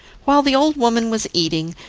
while the old woman was eating,